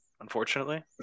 unfortunately